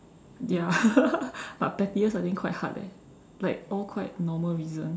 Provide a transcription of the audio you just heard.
ya but pettiest I think quite hard leh like all quite normal reason